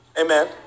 amen